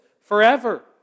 forever